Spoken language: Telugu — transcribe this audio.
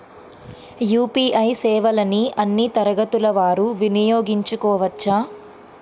యూ.పీ.ఐ సేవలని అన్నీ తరగతుల వారు వినయోగించుకోవచ్చా?